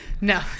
No